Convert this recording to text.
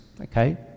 okay